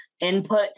input